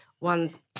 one's